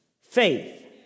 faith